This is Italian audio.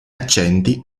accenti